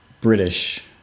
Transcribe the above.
British